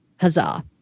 Huzzah